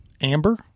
amber